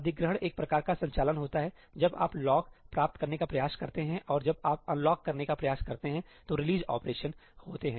अधिग्रहण एक प्रकार का संचालन होता है जब आप लॉक प्राप्त करने का प्रयास करते हैं और जब आप अनलॉक करने का प्रयास करते हैं तो रिलीज़ ऑपरेशन'release' operation होते हैं